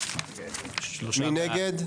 מי נגד?